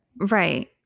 Right